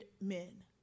men